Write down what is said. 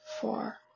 four